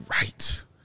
right